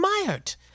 admired